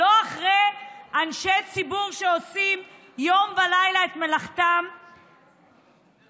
לא אחרי אנשי ציבור שעושים יום ולילה את מלאכתם ביושרה.